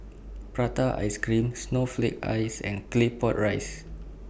Prata Ice Cream Snowflake Ice and Claypot Rice